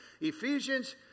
Ephesians